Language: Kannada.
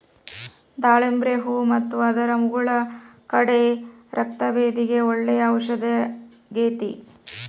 ದಾಳಿಂಬ್ರಿ ಹೂ ಮತ್ತು ಅದರ ಮುಗುಳ ಕಾಡೆ ರಕ್ತಭೇದಿಗೆ ಒಳ್ಳೆ ಔಷದಾಗೇತಿ